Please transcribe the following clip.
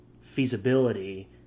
feasibility